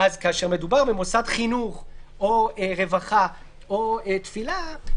-- אז כאשר מדובר במוסד חינוך או רווחה או תפילה,